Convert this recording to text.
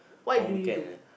what do you do